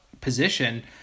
position